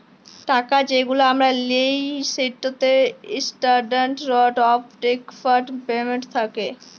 টাকা যেগুলা আমরা লিই সেটতে ইসট্যান্ডারড অফ ডেফার্ড পেমেল্ট থ্যাকে